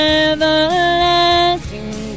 everlasting